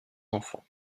enfants